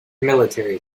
military